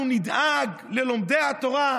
אנחנו נדאג ללומדי התורה,